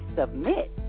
submit